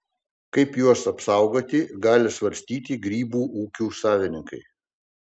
kaip juos apsaugoti gali svarstyti grybų ūkių savininkai